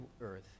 earth